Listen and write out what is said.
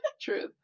Truth